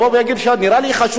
יבוא ויגיד: אתה נראה לי חשוד,